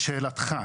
לשאלתך,